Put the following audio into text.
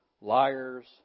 liars